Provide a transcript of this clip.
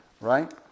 right